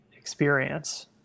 experience